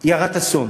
היא הרת אסון.